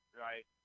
Right